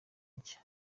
nshya